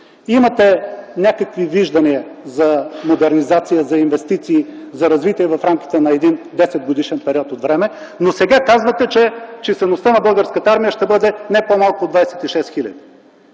имате някакви виждания за модернизация, за инвестиции, за развитие в рамките на десетгодишен период от време, но сега казвате, че числеността на Българската армия ще бъде не по-малко от 26